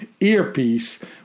earpiece